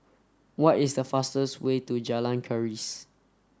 what is the fastest way to Jalan Keris